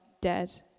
dead